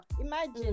imagine